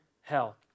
hell